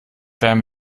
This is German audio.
wärmen